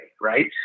right